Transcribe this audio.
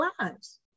lives